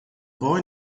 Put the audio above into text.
boy